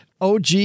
OG